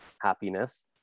happiness